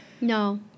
no